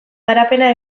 garapena